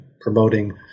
promoting